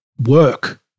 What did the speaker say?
work